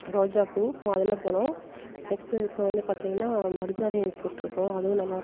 ரோஜாப்பூ மாதுளைம் பழம் நெக்ஸ்ட்டு இப்போ வந்து பார்த்திங்கனா மருதாணி போட்டுருக்கோம் அதுவும் நல்லா